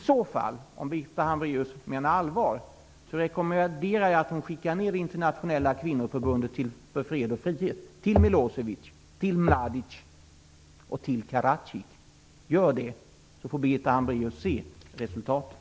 Om Birgitta Hambraeus menar allvar rekommenderar jag att hon skickar ned Milosevic, Mladic och Karadzic. Gör det, så får Birgitta Hambraeus se resultatet!